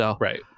Right